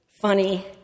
funny